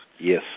Yes